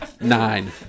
Nine